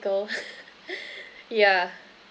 yeah